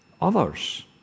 others